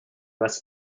rest